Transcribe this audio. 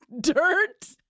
dirt